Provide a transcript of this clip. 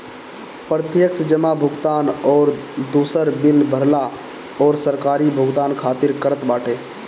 प्रत्यक्ष जमा भुगतान अउरी दूसर बिल भरला अउरी सरकारी भुगतान खातिर करत बाटे